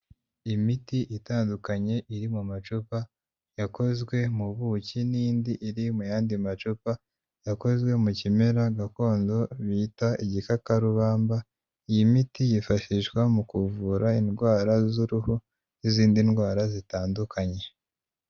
Imiti itandukanye iri mu macupa yakozwe mu buki n'indi iri mu yandi macupa yakozwe mu kimera gakondo bita igikakarubamba; iyi miti yifashishwa mu kuvura indwara z'uruhu n'izindi ndwara zitandukanye.